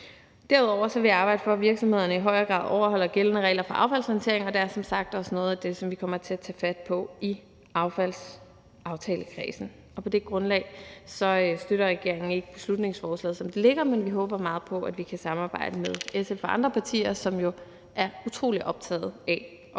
Derudover vil jeg arbejde for, at virksomhederne i højere grad overholder de gældende regler for affaldshåndtering, og det er som sagt også noget af det, vi kommer til at tage fat på i affaldsaftalekredsen. Og på det grundlag støtter regeringen ikke beslutningsforslaget, som det ligger, men vi håber meget på, at vi kan samarbejde med SF og andre partier, som jo er utrolig optaget af at handle